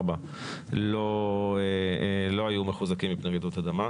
בה לא היו מחוזקים מפני רעידות אדמה.